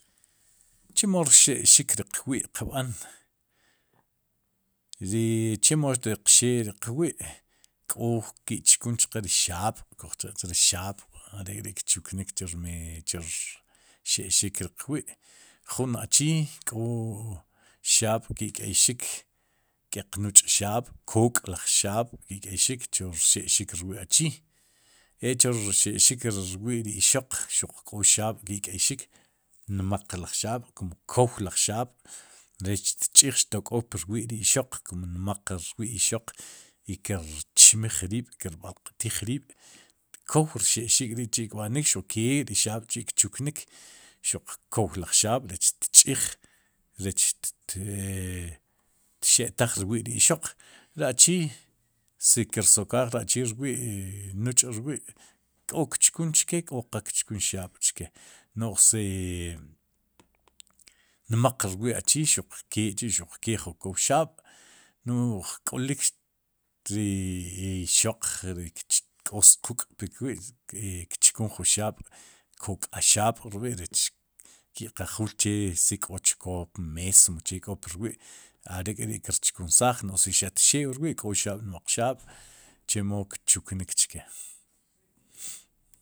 Chemo rxe'xik riq wi'qb'an, ri chemo xtiq xe'e riq wi'k 'o ke chkun chqe ri xaab' kujcha chere ri xaab' are'kri'kchuknik chu rxe'xik riq wi' jun achii k'o xaab'ki'k'eyxik keq nuch'xaab'kook'xaab' ki'k'eyxik keq nuch'xaab'kook'xaab' ki'k'eyxik chu rxe'xik rwi'achii echu rxe'xik rwi' ri ixoq xuq k'o xaab'ki'k'eyxik, nmaq laj xaab'kow laj xaab'rech xtcgh'iij xtokow pu rwi'ri ixoq kum nmaq rwi'ri ixoq i kir chmiij riib'kir b'aqttiij riib' kow rxe'xik ri'chi'kb'anik xukee ri xaab' ri chi'kchuknik xuq kow laj xaab' rech tch'iij recj ee txe'taj rwi'ri ixoq ri achii si kir sokaaj rwi' ri achii nuch'rwi' k'o kchunchke k'o qa kchkun xaab' chke' no'j si mnmaq rwi'achii xuq kee jun koow xaab' nu'j k'olik ri ixoq ri k+ o squk'puk wi'e kchkun jun xaab'kok'axaab'rb'i' rech ki qaajul si k'o chkop mees che k'o pur wi' are'k ri kir chkunsaj noj si xaq txe'rwi'ko xaab'nmaq xaab' chemo kchuknik chke.